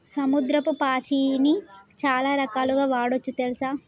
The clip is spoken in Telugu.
సముద్రపు పాచిని చాలా రకాలుగ వాడొచ్చు తెల్సా